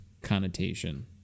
connotation